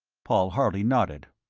paul harley nodded.